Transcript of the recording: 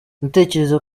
ndatekereza